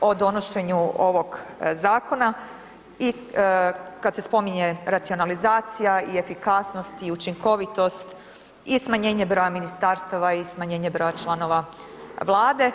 o donošenju ovog zakona i kad se spominje racionalizacija i efikasnost i učinkovitost i smanjenje broja ministarstava i smanjenje broj članova vlade.